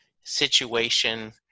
situation